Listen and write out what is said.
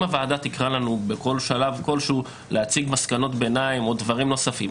אם הוועדה תקרא לנו בכל שלב כשלהו להציג מסקנות ביניים או דברים נוספים,